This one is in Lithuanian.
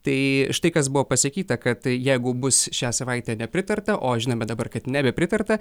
tai štai kas buvo pasakyta kad jeigu bus šią savaitę nepritarta o žinome dabar kad nebepritarta